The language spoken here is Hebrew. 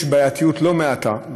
יש בעייתיות לא מעטה.